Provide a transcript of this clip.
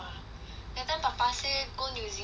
that time papa say go new zealand [what]